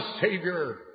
Savior